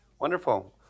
Wonderful